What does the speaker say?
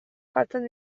jartzen